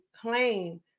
claim